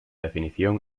definición